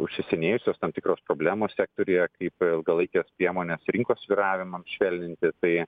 užsisenėjusios tam tikros problemos sektoriuje kaip ilgalaikės priemonės rinkos svyravimam švelninti tai